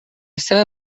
seva